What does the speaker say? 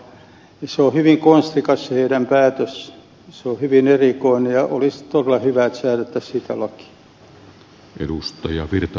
se on hyvin konstikas se heidän päätöksensä se on hyvin erikoinen ja olisi todella hyvä että säädettäisiin siitä laki